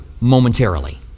momentarily